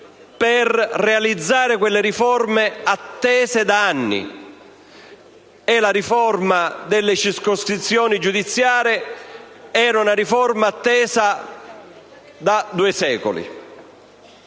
per realizzare quelle riforme attese da anni. E quella delle circoscrizioni giudiziarie era una riforma attesa da due secoli.